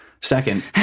Second